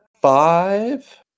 Five